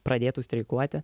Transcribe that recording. pradėtų streikuoti